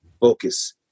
focus